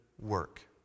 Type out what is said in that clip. work